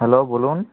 hello বলুন